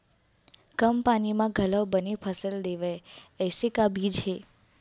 कम पानी मा घलव बने फसल देवय ऐसे का बीज हे?